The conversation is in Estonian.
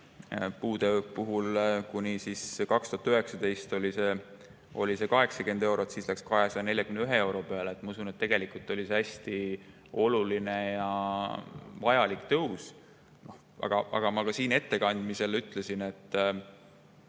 puude puhul kuni 2019 oli toetus 80 eurot, siis läks 241 euro peale. Ma usun, et tegelikult oli see hästi oluline ja vajalik tõus. Aga ma ka ettekandes ütlesin, et